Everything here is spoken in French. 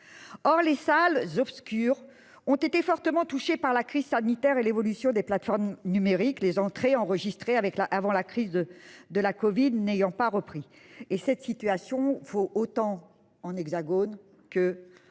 Or les salles obscures ont été fortement touchés par la crise sanitaire et l'évolution des plateformes numériques les entrées enregistrées avec la avant la crise de de la Covid n'ayant pas repris et cette situation faut autant en Hexagone que